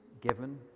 given